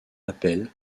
appel